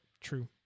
True